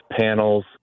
panels